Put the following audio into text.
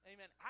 Amen